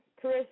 Chris